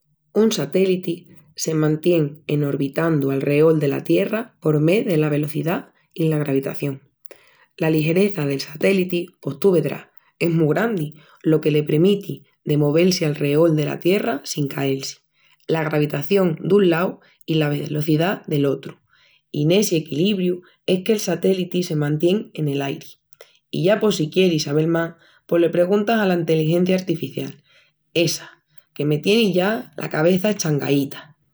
Un satéliti se mantien en órbitandu alreol dela Tierra por mé dela velocidá i la gravitación. La ligereza del satéliti, pos tú vedrás, es mu grandi, lo que le premiti de movel-si alreol dela Tierra en sin cael-si. La gravitación dun lau i la velocidá del otru, i n'essi equilibriu es qu'el satéliti se mantien en el airi. I ya pos si quieris sabel más pos le preguntas ala enteligencia artificial essa que me tienis ya la cabeça eschangaíta!